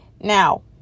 now